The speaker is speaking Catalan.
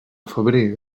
febrer